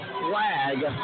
flag